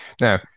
Now